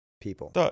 people